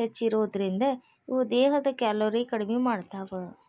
ಹೆಚ್ಚಿರೋದ್ರಿಂದ, ಇವು ದೇಹದ ಕ್ಯಾಲೋರಿ ಕಡಿಮಿ ಮಾಡ್ತಾವ